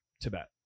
Tibet